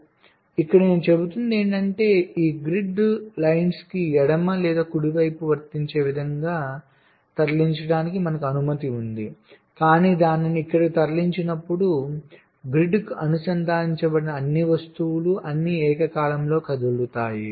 కాబట్టి ఇక్కడ నేను చెబుతున్నది ఏమిటంటే ఈ గ్రిడ్ పంక్తులను ఎడమ లేదా కుడి వైపుకు వర్తించే విధంగా తరలించడానికి మనకు అనుమతి ఉంది కానీ దానిని ఇక్కడకు తరలించినప్పుడు గ్రిడ్కు అనుసంధానించబడిన అన్ని వస్తువులు అవి అన్నీఏకకాలంలో కదులుతాయి